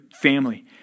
family